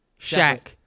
Shaq